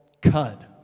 cud